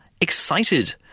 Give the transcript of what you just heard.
Excited